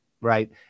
Right